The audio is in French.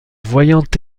voyant